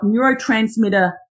neurotransmitter